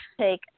take